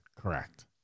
Correct